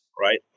right